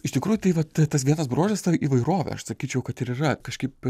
iš tikrųjų tai vat tas vienas bruožas tą įvairovė aš sakyčiau kad ir yra kažkaip